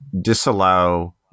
disallow